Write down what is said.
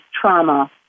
trauma